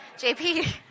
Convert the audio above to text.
JP